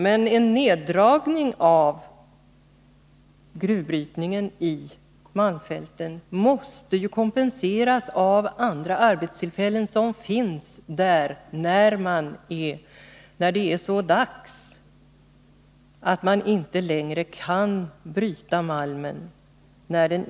Men en neddragning av gruvbrytningen i malmfälten måste — den dag då malmen inte är ekonomiskt brytvärd — kompenseras med andra arbetstillfällen.